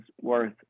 worth